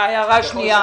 ההערה השנייה.